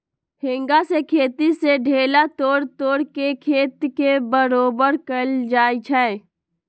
हेंगा से खेत के ढेला तोड़ तोड़ के खेत के बरोबर कएल जाए छै